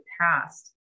past